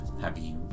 happy